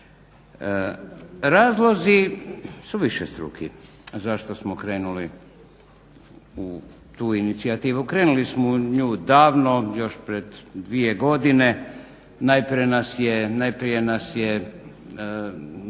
Razlozi su višestruki zašto smo krenuli u tu inicijativu. Krenuli smo u nju davno još prije dvije godine. najprije nas je